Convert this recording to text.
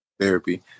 Therapy